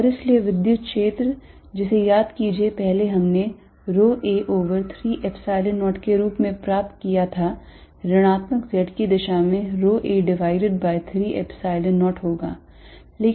और इसलिए विद्युत क्षेत्र जिसे याद कीजिए पहले हमने rho a over 3 Epsilon 0 के रूप में प्राप्त किया था ऋणात्मक z की दिशा में rho a divided by 3 Epsilon 0 होगा